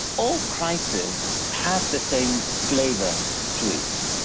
all crises have the same flavor to it.